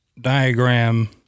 diagram